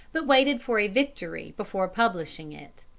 but waited for a victory before publishing it.